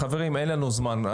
חברים, אין לנו זמן.